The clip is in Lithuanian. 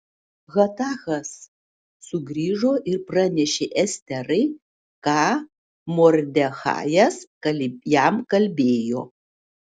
hatachas sugrįžo ir pranešė esterai ką mordechajas jam kalbėjo